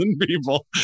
people